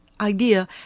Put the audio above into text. idea